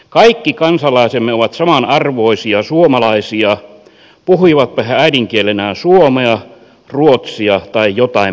kaikki kansalaisemme ovat samanarvoisia suomalaisia puhuivatpa he äidinkielenään suomea ruotsia tai jotain muuta kieltä